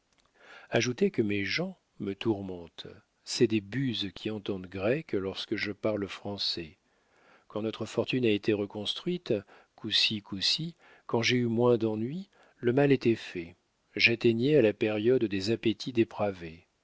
ajoutez que mes gens me tourmentent c'est des buses qui entendent grec lorsque je parle français quand notre fortune a été reconstruite coussi coussi quand j'ai eu moins d'ennui le mal était fait j'atteignais à la période des appétits dépravés